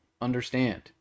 understand